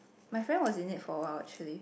my friend was in it for a while actually